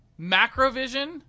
Macrovision